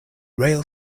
rail